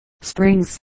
springs